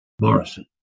Morrison